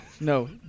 No